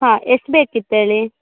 ಹಾಂ ಎಷ್ಟು ಬೇಕಿತ್ತು ಹೇಳಿ